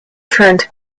trend